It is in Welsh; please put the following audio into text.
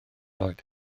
oed